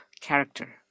character